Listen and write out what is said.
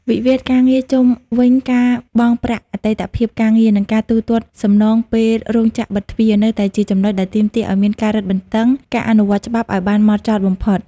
វិវាទការងារជុំវិញការបង់ប្រាក់អតីតភាពការងារ និងការទូទាត់សំណងពេលរោងចក្របិទទ្វារ នៅតែជាចំណុចដែលទាមទារឱ្យមានការរឹតបន្តឹងការអនុវត្តច្បាប់ឱ្យបានហ្មត់ចត់បំផុត។